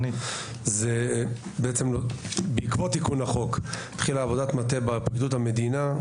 זה בעצם בעקבות תיקון החוק התחילה עבודת מטה בפקידות המדינה,